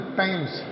times